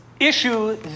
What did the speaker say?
issue